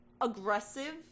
aggressive